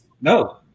no